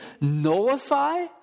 nullify